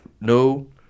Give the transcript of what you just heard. no